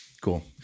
Cool